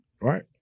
right